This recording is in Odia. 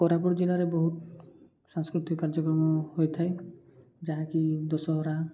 କୋରାପୁଟ ଜିଲ୍ଲାରେ ବହୁତ ସାଂସ୍କୃତିକ କାର୍ଯ୍ୟକ୍ରମ ହୋଇଥାଏ ଯାହାକି ଦଶହରା